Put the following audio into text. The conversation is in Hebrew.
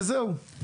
וזהו.